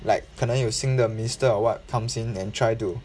like 可能有新的 minister or what comes in and try to